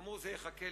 אמרו: זה יחכה.